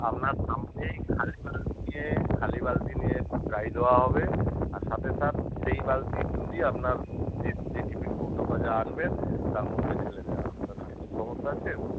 আপনার সামনেই খালি বালতি নিয়ে খালি বালতি নিয়ে গাই দোয়া হবে আর সাতে সাত সেই বালতির দুধই আপনার যে যে টিফিন কৌটো বা যা আনবেন তার মধ্যে ঢেলে দেয়া হবে তাতে কিছু সমস্যা আছে বলুন